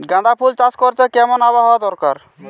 গাঁদাফুল চাষ করতে কেমন আবহাওয়া দরকার?